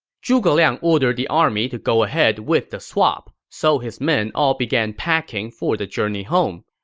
zhuge liang ordered the army to go ahead with the swap, so his men all began packing for the journey home.